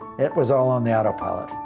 it was all on the autopilot.